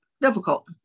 difficult